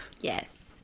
yes